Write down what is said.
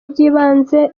by’ibanze